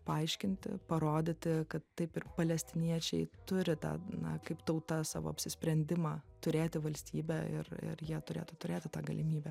paaiškinti parodyti kad taip ir palestiniečiai turi tą na kaip tauta savo apsisprendimą turėti valstybę ir ir jie turėtų turėti tą galimybę